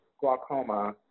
glaucoma